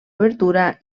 obertura